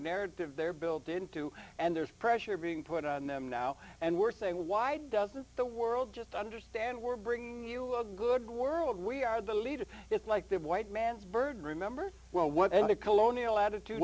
error they're built into and there's pressure being put on them now and we're saying why doesn't the world just understand we're bringing you a good world we are the leader it's like the white man's burden remember well whatever the colonial attitude